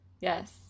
Yes